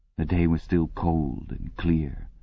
the day was still cold and clear.